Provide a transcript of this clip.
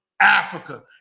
Africa